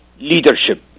leadership